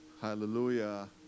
Hallelujah